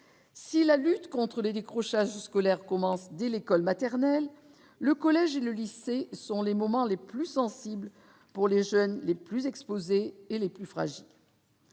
si la lutte contre les décrochages scolaires commence dès l'école maternelle, le collège et le lycée sont les moments les plus sensibles pour les jeunes les plus exposés et les plus fragiles.